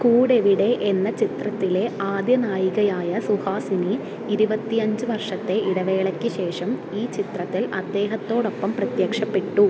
കൂടെവിടെ എന്ന ചിത്രത്തിലെ ആദ്യ നായികയായ സുഹാസിനി ഇരുപത്തഞ്ച് വർഷത്തെ ഇടവേളയ്ക്ക് ശേഷം ഈ ചിത്രത്തിൽ അദ്ദേഹത്തോടൊപ്പം പ്രത്യക്ഷപ്പെട്ടു